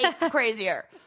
crazier